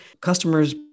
customers